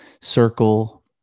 circle